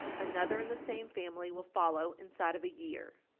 another in the same family will follow inside of a year.